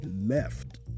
left